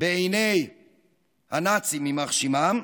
בעיני הנאצים, יימח שמם,